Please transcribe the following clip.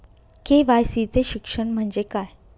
KYC चे शिक्षण म्हणजे काय?